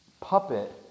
puppet